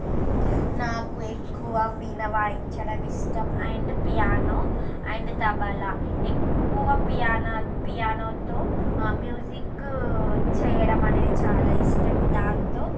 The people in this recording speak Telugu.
నాకు ఎక్కువ వీణ వాయించడం ఇష్టం అండ్ పియానో అండ్ తబలా ఎక్కువ పియానో పియానోతో మ్యూజిక్ చేయడం అనేది చాలా ఇష్టం దాంతో